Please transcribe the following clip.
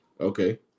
okay